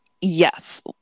Yes